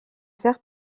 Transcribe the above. faire